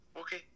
Okay